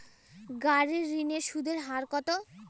গাড়ির ঋণের সুদের হার কতো?